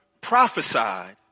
prophesied